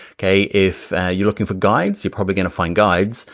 okay if you're looking for guides, you probably gonna find guides.